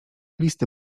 listy